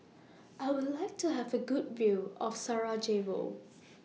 I Would like to Have A Good View of Sarajevo